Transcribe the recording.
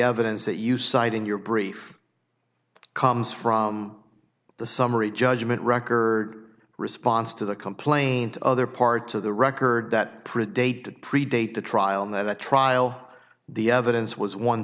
evidence that you cite in your brief comes from the summary judgment record response to the complaint other parts of the record that predate that predate the trial and that the trial the evidence was one